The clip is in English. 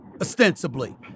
ostensibly